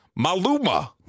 maluma